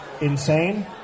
insane